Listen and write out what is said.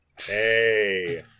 Hey